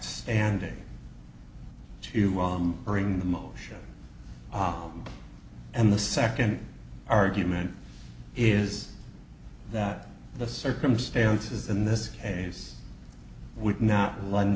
standing to um bring the motion and the second argument is that the circumstances in this case would not lend